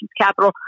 Capitol